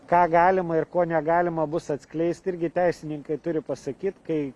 ką galima ir ko negalima bus atskleisti irgi teisininkai turi pasakyt kai